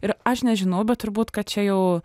ir aš nežinau bet turbūt kad čia jau